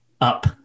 up